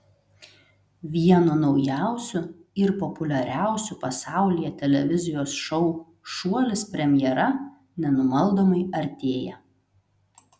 vieno naujausių ir populiariausių pasaulyje televizijos šou šuolis premjera nenumaldomai artėja